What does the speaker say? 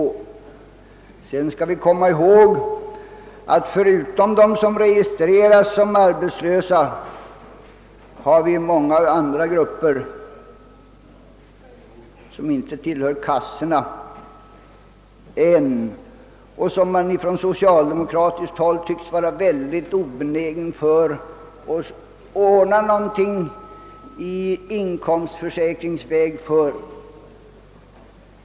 Vidare skall vi komma ihåg att förutom de som registreras som arbetslösa finns det många andra grupper som inte direkt tillhör kassorna än och som man ifrån socialdemokratiskt håll tycks vara mycket obenägen att ordna någonting för i inkomstförsäkringsväg.